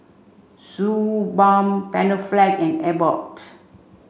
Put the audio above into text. Suu Balm Panaflex and Abbott